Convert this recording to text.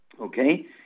Okay